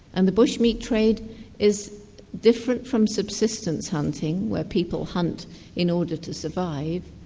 and the bush-meat trade is different from subsistence hunting where people hunt in order to survive,